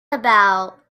about